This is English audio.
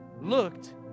looked